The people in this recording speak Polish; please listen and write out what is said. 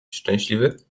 szczęśliwy